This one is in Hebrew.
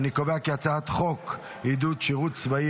הצעת חוק עידוד שירות צבאי,